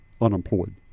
unemployed